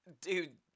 dude